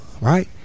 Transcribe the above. right